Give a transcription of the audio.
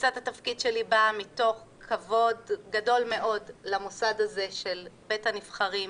תפיסת התפקיד שלי באה מתוך כבוד גדול מאוד למוסד הזה של בית הנבחרים,